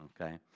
okay